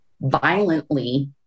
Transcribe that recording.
violently